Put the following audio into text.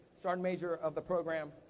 sergeant major of the program,